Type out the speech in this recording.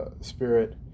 spirit